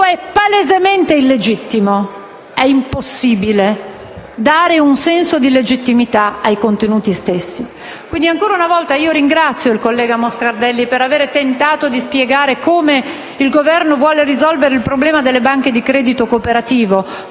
è palesemente illegittimo è impossibile dare un senso di legittimità ai contenuti stessi. Ancora una volta ringrazio il collega Moscardelli per aver tentato di spiegare come il Governo vuole risolvere il problema delle banche di credito cooperativo,